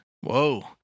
Whoa